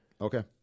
Okay